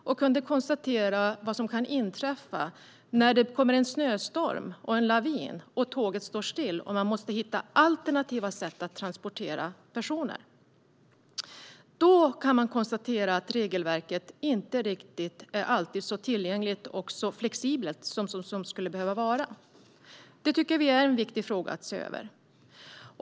Jag kunde konstatera vad som kan inträffa när det kommer en snöstorm och en lavin - när tåget står still och man måste hitta alternativa sätt att transportera personer. Då kan man konstatera att regelverket inte alltid är så tillgängligt och flexibelt som det skulle behöva vara. Detta tycker vi är en viktig fråga att se över.